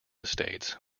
estates